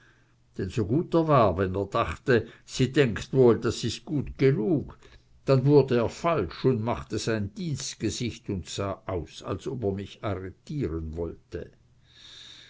so gut er war wenn er dachte sie denkt woll das is gut genug dann wurd er falsch un machte sein dienstgesicht un sah aus als ob er mich arretieren wollte